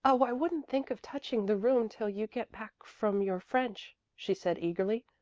oh, i wouldn't think of touching the room till you get back from your french, she said eagerly.